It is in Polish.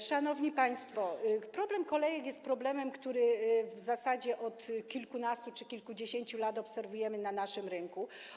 Szanowni państwo, problem kolejek jest problemem, który w zasadzie od kilkunastu czy kilkudziesięciu lat obserwujemy na naszym rynku.